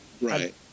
Right